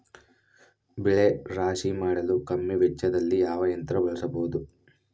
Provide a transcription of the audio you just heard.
ಬೆಳೆ ರಾಶಿ ಮಾಡಲು ಕಮ್ಮಿ ವೆಚ್ಚದಲ್ಲಿ ಯಾವ ಯಂತ್ರ ಬಳಸಬಹುದು?